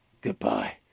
goodbye